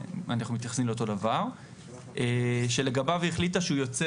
אנחנו מתייחסים לאותו דבר שלגביו היא החליטה שהוא יוצא